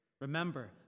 remember